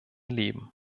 leben